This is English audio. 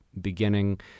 beginning